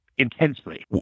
intensely